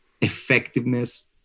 effectiveness